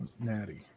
Natty